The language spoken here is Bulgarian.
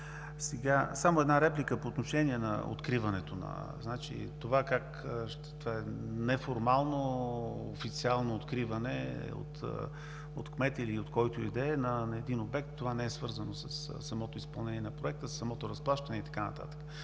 не е. Само една реплика по отношение на откриването. Това е неформално официално откриване от кмета, или от който и да е, на един обект, това не е свързано със самото изпълнение на проекта, със самото разплащане и така нататък.